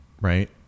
right